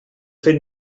fet